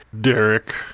Derek